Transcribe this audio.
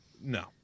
no